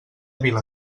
vila